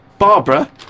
Barbara